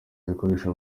zikoresha